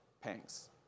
pangs